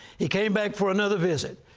he came back for another visit.